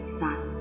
sun